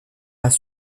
pas